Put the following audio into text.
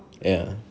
ya